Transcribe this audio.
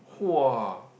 [wah]